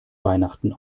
weihnachten